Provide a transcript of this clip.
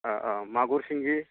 अ अ मागुर सिंगि